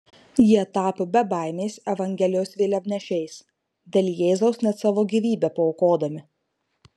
jie tapo bebaimiais evangelijos vėliavnešiais dėl jėzaus net savo gyvybę paaukodami